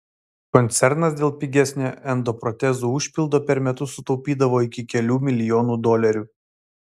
koncernas dėl pigesnio endoprotezų užpildo per metus sutaupydavo iki kelių milijonų dolerių